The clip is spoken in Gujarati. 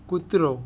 કૂતરો